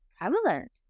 prevalent